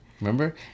remember